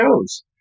shows